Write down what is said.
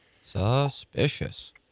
Suspicious